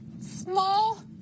small